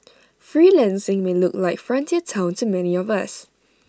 freelancing may look like frontier Town to many of us